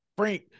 Frank